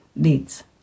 deeds